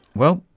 well,